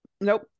nope